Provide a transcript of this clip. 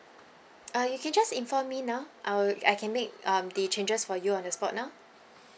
uh you can just inform me now I will I can make um the changes for you on the spot now